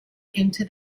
into